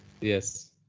Yes